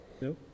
no